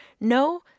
No